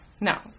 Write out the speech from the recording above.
No